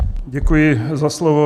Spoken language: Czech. Děkuji za slovo.